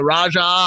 Raja